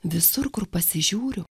visur kur pasižiūriu